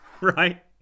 Right